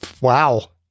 Wow